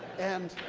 and